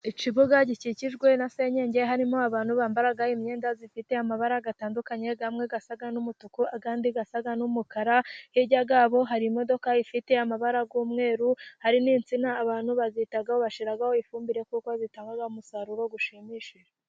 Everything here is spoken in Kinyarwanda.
Ikibuga gikikijwe na senyenge, harimo abantu bambara imyenda ifite amabara atandukanye, amwe asa n'umutuku ayandi asa n'umukara, hirya yabo hari imodoka ifite amabara y'umweru hari n'insina abantu bazitaho, bashyiraho ifumbire kuko zitanga umusaruro ushimishije.